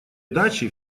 дачи